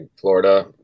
Florida